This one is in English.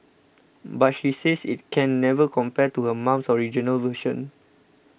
but she says it can never compare to her mum's original version